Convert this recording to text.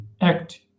act